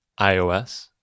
ios